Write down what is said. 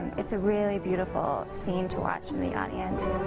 it's a really beautiful scene to watch from the audience.